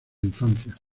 infancia